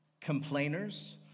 complainers